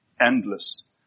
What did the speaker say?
endless